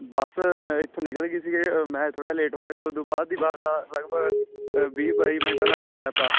ਬਸ ਅ ਇੱਥੋਂ ਨਿਕਲ ਗਈ ਸੀਗੇ ਮੈਂ ਥੋੜ੍ਹਾ ਲੇਟ ਹੋ ਗਿਆ ਸੀ ਉਦੋਂ ਬਾਅਦ ਦੀ ਬੱਸ ਦਾ ਲਗਭਗ ਅ ਵੀਹ ਬਾਈ ਮਿੰਟਾਂ ਦਾ ਗੈਪ ਆ